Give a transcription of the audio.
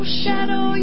shadow